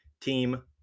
team